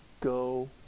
go